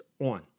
on